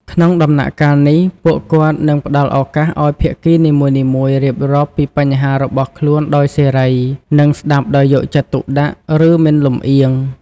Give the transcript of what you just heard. ក្នុងដំណាក់កាលនេះ ពួកគាត់នឹង ផ្តល់ឱកាសឲ្យភាគីនីមួយៗរៀបរាប់ពីបញ្ហារបស់ខ្លួនដោយសេរី និងស្តាប់ដោយយកចិត្តទុកដាក់ ឬមិនលំអៀង។